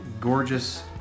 gorgeous